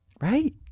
right